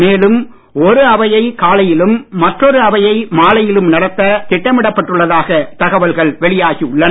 மேலும் ஒரு அவையை காலையிலும் மற்றொரு அவையை மாலையிலும் நடத்த திட்டமிடப்பட்டுள்ளதாக தகவல்கள் வெளியாகி உள்ளன